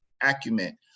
acumen